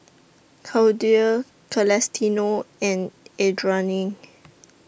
Clydie Celestino and Adriane